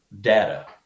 data